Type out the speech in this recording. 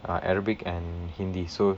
uh arabic and hindi so